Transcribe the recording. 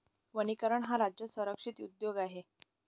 वनीकरण हा राज्य संरक्षित उद्योग आहे